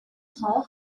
her